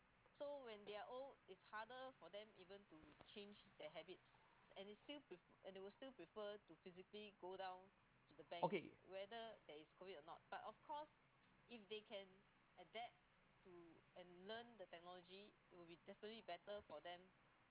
okay